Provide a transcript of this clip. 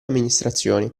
amministrazioni